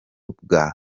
bwa